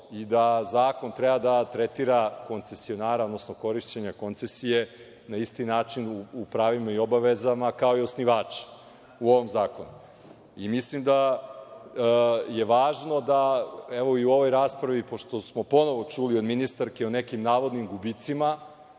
i da zakon treba da tretira koncesionara, odnosno korišćenja koncesije na isti način u pravima i obavezama kao i osnivači u ovom zakonu. Mislim da je važno da i u ovoj raspravi, pošto smo ponovo čuli od ministarke o nekim navodnim gubicima,